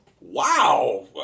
Wow